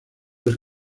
del